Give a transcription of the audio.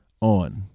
on